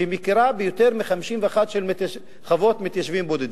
שמכירה ביותר מ-51 חוות מתיישבים בודדים.